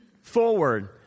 forward